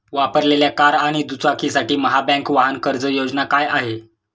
वापरलेल्या कार आणि दुचाकीसाठी महाबँक वाहन कर्ज योजना काय आहे?